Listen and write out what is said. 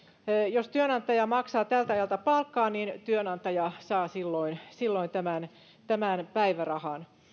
jos työnantaja maksaa tältä ajalta palkkaa niin työnantaja saa silloin silloin tämän tämän päivärahan